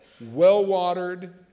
well-watered